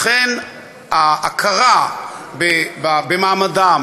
לכן, ההכרה במעמדם,